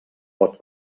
pot